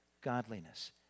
godliness